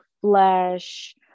flesh